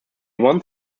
one